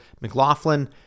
McLaughlin